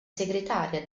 segretaria